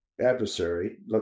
adversary